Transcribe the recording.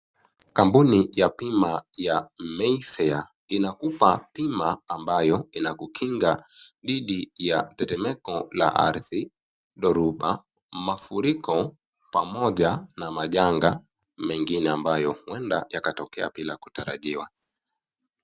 Kampuni ya bima ya Mayfair inakupa bima ambayo inakukinga dhidi ya tetemeko la ardhi, dhoruba, mafuriko pamoja na majanga mengine ambayo ueda yakatokea bila kutarajiwa.